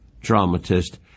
dramatist